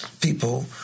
people